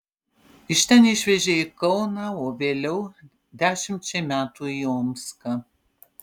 iš ten išvežė į kauną o vėliau dešimčiai metų į omską